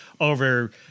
over